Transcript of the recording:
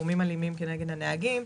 גורמים אלימים כלפי הנהגים.